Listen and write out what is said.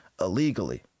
illegally